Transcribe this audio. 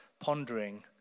pondering